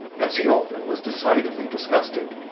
bessie alden was decidedly disgusted.